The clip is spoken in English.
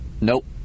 nope